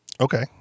okay